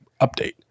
update